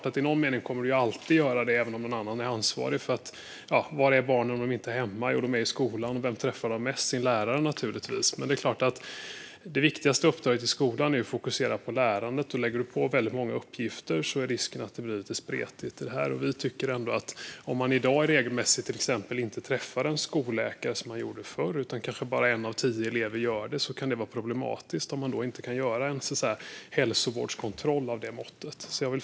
I någon mening kommer det såklart alltid att göra det, även om någon annan är ansvarig. Var är barnen om de inte är hemma? Jo, de är i skolan. Vem träffar de mest där? De träffar naturligtvis mest sin lärare. Det viktigaste uppdraget i skolan är dock att fokusera på lärandet. Om det läggs på väldigt många uppgifter på lärare är risken att det blir lite spretigt. Vi tycker att om man i dag inte regelmässigt träffar en skolläkare, som man gjorde förr - kanske bara en av tio elever gör det - kan det vara problematiskt om det inte kan göras en hälsovårdskontroll av det måttet. Fru talman!